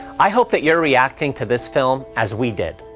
i hope that you're reacting to this film as we did,